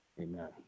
Amen